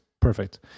perfect